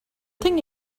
thing